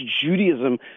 Judaism